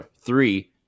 three